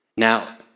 Now